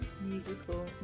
musical